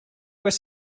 was